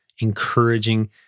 encouraging